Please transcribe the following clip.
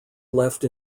left